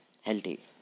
healthy